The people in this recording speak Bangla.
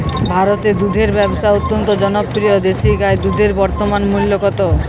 ভারতে দুধের ব্যাবসা অত্যন্ত জনপ্রিয় দেশি গাই দুধের বর্তমান মূল্য কত?